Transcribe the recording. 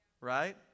Right